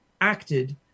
acted